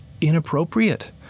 inappropriate